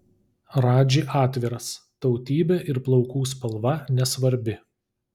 radži atviras tautybė ir plaukų spalva nesvarbi